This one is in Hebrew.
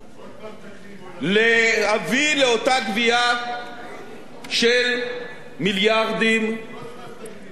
להביא לאותה גבייה של מיליארדים מהדיבידנדים הכלואים.